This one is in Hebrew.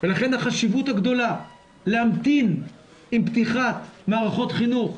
לכן החשיבות הגדולה להמתין עם פתיחת מערכות חינוך,